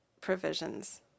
provisions